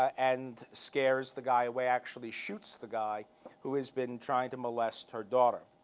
and scares the guy away, actually shoots the guy who has been trying to molest her daughter.